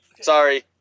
Sorry